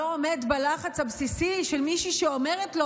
לא עומד בלחץ הבסיסי של מישהי שאומרת לו,